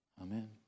Amen